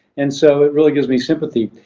and so, it really gives me sympathy.